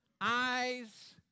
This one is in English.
eyes